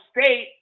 State